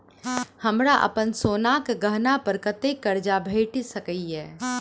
हमरा अप्पन सोनाक गहना पड़ कतऽ करजा भेटि सकैये?